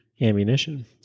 ammunition